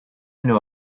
know